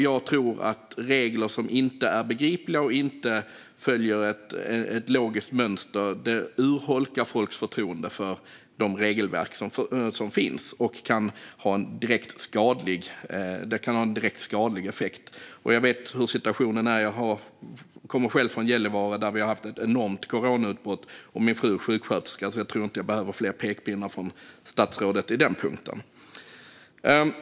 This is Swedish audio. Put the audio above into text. Jag tror att regler som inte är begripliga och som inte följer ett logiskt mönster urholkar folks förtroende för de regelverk som finns, och det kan ha en direkt skadlig effekt. Jag vet hur situationen är. Jag kommer själv från Gällivare där vi har haft ett enormt coronautbrott, och min fru är sjuksköterska. Jag behöver alltså inte fler pekpinnar från statsrådet på den punkten.